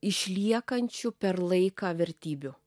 išliekančių per laiką vertybių